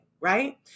Right